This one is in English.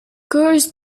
curse